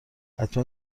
حتما